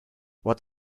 what